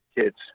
kids